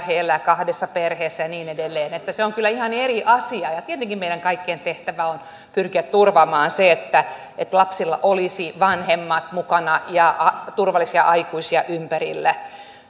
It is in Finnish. he elävät kahdessa perheessä ja niin edelleen niin että ne ovat kyllä ihan eri asioita tietenkin meidän kaikkien tehtävä on pyrkiä turvaamaan se että lapsilla olisi vanhemmat mukana ja turvallisia aikuisia ympärillä